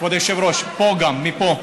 כבוד היושב-ראש, גם פה, מפה,